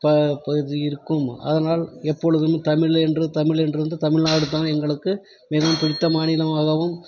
ப பகுதி இருக்கும் அதனால் எப்பொழுதும் தமிழ் என்று தமிழ் என்று வந்து தமிழ்நாடு தான் எங்களுக்கு மிகவும் பிடித்த மாநிலமாகவும்